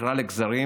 נקרע לגזרים.